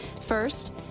First